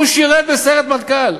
הוא שירת בסיירת מטכ"ל,